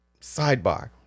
sidebar